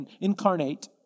incarnate